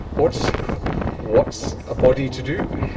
what's what's a body to do?